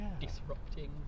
disrupting